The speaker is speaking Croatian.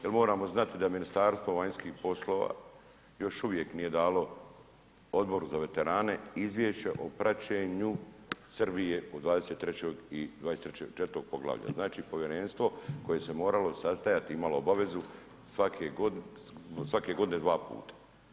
Jel moramo znati da Ministarstvo vanjskih poslova još uvijek nije dalo Odboru za veterane izviješće o praćenju Srbije u 23. i 24. poglavlju, znači povjerenstvo koje se moralo sastajati i imalo obavezu svake godine dva puta.